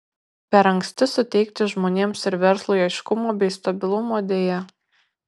per anksti suteikti žmonėms ir verslui aiškumo bei stabilumo deja